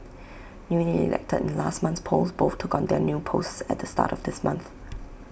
newly elected in last month's polls both took on their new posts at the start of this month